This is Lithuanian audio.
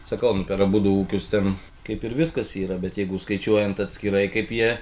sakau nu per abudu ūkius ten kaip ir viskas yra bet jeigu skaičiuojant atskirai kaip jie